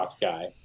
guy